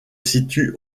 situe